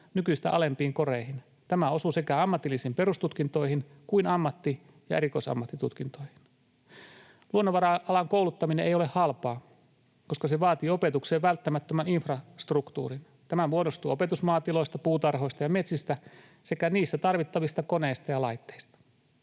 nykyistä alempiin koreihin. Tämä osuu sekä ammatillisiin perustutkintoihin että ammatti- ja erikoisammattitutkintoihin. Luonnonvara-alan kouluttaminen ei ole halpaa, koska se vaatii opetukseen välttämättömän infrastruktuurin. Tämä muodostuu opetusmaatiloista, -puutarhoista ja -metsistä sekä niissä tarvittavista koneista ja laitteista.